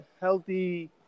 healthy